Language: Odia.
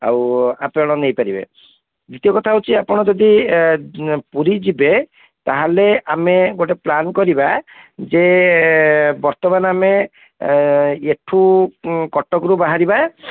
ଆଉ ଆପଣ ନେଇ ପାରିବେ ଦ୍ଵିତୀୟ କଥା ହେଉଛି ଆପଣ ଯଦି ପୁରୀ ଯିବେ ତା'ହେଲେ ଆମେ ଗୋଟେ ପ୍ଲାନ କରିବା ଯେ ବର୍ତ୍ତମାନ ଆମେ ଏଠୁ କଟକରୁ ବାହାରିବା